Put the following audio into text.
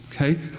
okay